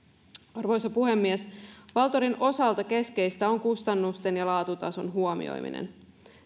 arvoisa puhemies valtorin osalta keskeistä on kustannusten ja laatutason huomioiminen